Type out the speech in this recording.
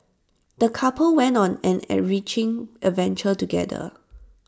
the couple went on an enriching adventure together